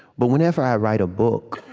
but whenever i write a book,